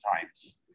times